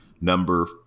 Number